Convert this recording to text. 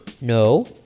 No